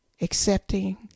accepting